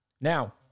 Now